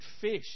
fish